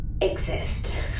exist